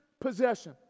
possession